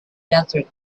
desert